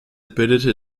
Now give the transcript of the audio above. bildete